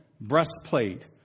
Breastplate